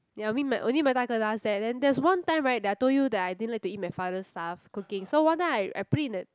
ya mean my only my 大哥 does that then that there's one time right that I told you that I didn't like to eat my father stuff cooking so one time I I put it in the